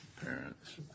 parents